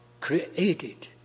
Created